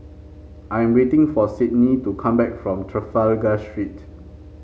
I am waiting for Sydnee to come back from Trafalgar Street